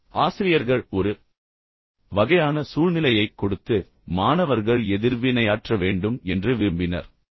எனவே ஆசிரியர்கள் ஒரு வகையான சூழ்நிலையைக் கொடுத்து மாணவர்கள் எதிர்வினையாற்ற வேண்டும் என்று விரும்பினர்